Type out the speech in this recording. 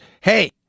hey